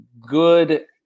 good